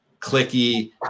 clicky